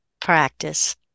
practice